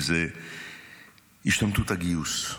וזה ההשתמטות מגיוס.